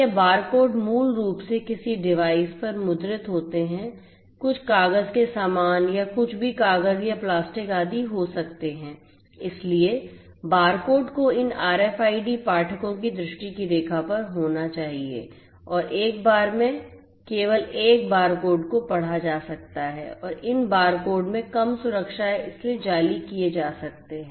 ये बारकोड मूल रूप से किसी डिवाइस पर मुद्रित होते हैं कुछ कागज के सामान या कुछ भी कागज या प्लास्टिक आदि हो सकते हैं इसलिए बारकोड को इन आरएफआईडी पाठकों की दृष्टि की रेखा पर होना चाहिए और एक बार में केवल एक बारकोड को पढ़ा जा सकता है और इन बारकोड में कम सुरक्षा है इसलिए जाली किये जा सकते हैं